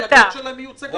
המפלגות שלהם מיוצגות פה.